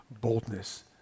boldness